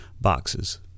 boxes